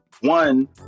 one